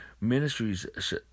Ministries